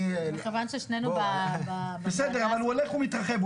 מכיוון ששנינו --- בסדר, אבל הוא הולך ומתרחב.